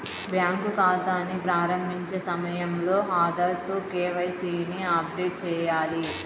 bank ఖాతాని ప్రారంభించే సమయంలో ఆధార్ తో కే.వై.సీ ని అప్డేట్ చేయాలి